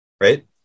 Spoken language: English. right